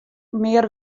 mear